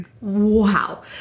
Wow